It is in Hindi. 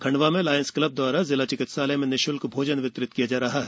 खण्डवा में लायन्स क्लब द्वारा जिला चिकित्सालय में निश्ल्क भोजन वितरित किया जा रहा है